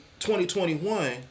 2021